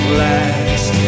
last